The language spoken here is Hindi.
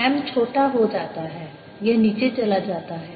M छोटा हो जाता है यह नीचे चला जाता है